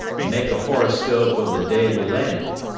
and make a horoscope of the day we landed.